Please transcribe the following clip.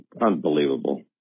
unbelievable